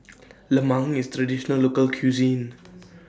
Lemang IS Traditional Local Cuisine